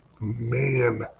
man